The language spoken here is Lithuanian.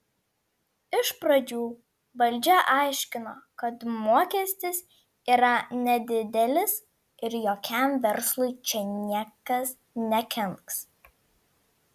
iš pradžių valdžia aiškino kad mokestis yra nedidelis ir jokiam verslui čia niekas nekenks